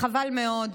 חבל מאוד.